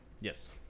Yes